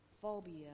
phobia